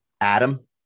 Adam